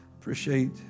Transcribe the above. Appreciate